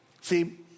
See